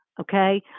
okay